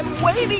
wait